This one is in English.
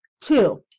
Two